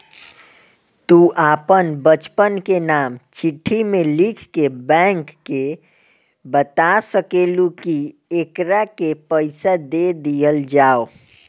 तू आपन बच्चन के नाम चिट्ठी मे लिख के बैंक के बाता सकेलू, कि एकरा के पइसा दे दिहल जाव